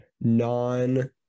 non